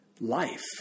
life